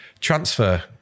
transfer